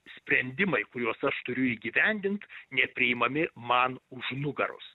sprendimai kuriuos aš turiu įgyvendint nepriimami man už nugaros